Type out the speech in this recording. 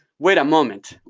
wait a moment.